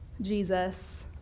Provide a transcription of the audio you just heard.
Jesus